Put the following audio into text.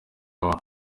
wowe